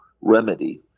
remedy